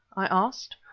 i asked.